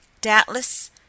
Doubtless